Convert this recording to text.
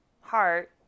heart